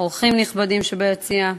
אורחים נכבדים שביציע,